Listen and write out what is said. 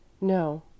No